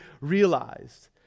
realized